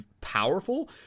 powerful